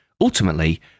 ultimately